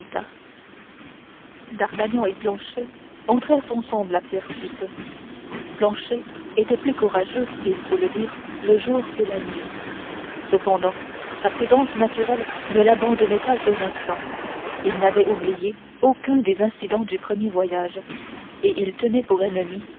d'artagnan et planchet entrèrent ensemble à pierrefitte planchet était plus courageux il faut le dire le jour que la nuit cependant sa prudence naturelle ne l'abandonnait pas un seul instant il n'avait oublié aucun des incidents du premier voyage et il tenait pour ennemis